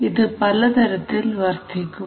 ഇത് പലതരത്തിൽ വർദ്ധിക്കും